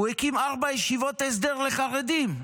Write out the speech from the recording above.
הוא הקים ארבע ישיבות הסדר לחרדים.